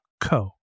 co